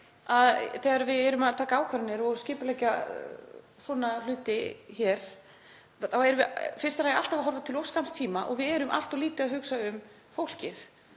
að þegar við erum að taka ákvarðanir og skipuleggja svona hluti hér þá séum við í fyrsta lagi alltaf að horfa til of skamms tíma og við erum allt of lítið að hugsa um fólkið.